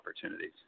opportunities